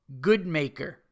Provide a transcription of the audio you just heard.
GoodMaker